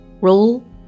Roll